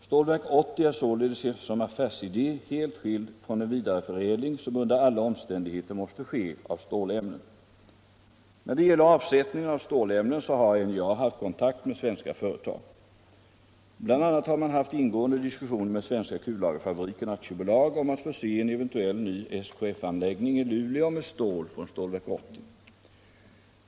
Stålverk 80 är således som affärsidé helt skilt från den vidareförädling som under alla omständigheter måste ske av stålämnen. När det gäller avsättningen av stålämnen har NJA haft kontakt med svenska företag. Bl.a. har man haft ingående diskussioner med AB Svenska Kullagerfabriken om att förse en eventuell ny SKF-anläggning i Luleå med stål från Stålverk 80.